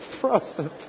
Frozen